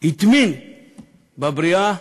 הטמין בבריאה,